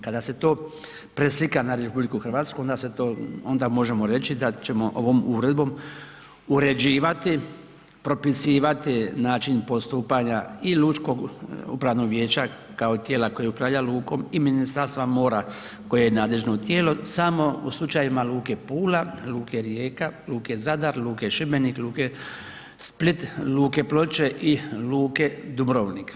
Kada se to preslika na RH, onda se možemo reći da ćemo ovom uredbom uređivati, propisivati način postupanja i lučkog upravnog vijeća kao tijela koje upravlja lukom i Ministarstva mora koje je nadležno tijelo samo u slučajevima luke Pula, Luke Rijeka, luke Zadar, luke Šibenik, luke Split, luke Ploče i luke Dubrovnik.